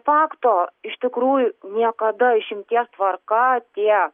fakto iš tikrųjų niekada išimties tvarka tie